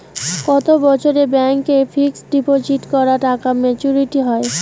কত বছরে ব্যাংক এ ফিক্সড ডিপোজিট করা টাকা মেচুউরিটি হয়?